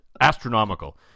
astronomical